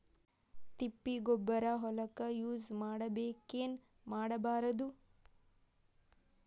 ತಿಪ್ಪಿಗೊಬ್ಬರ ಹೊಲಕ ಯೂಸ್ ಮಾಡಬೇಕೆನ್ ಮಾಡಬಾರದು?